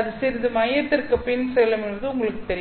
இது சிறிது மையத்திற்குப் பின்னும் செல்லும் என்பது உங்களுக்குத் தெரியும்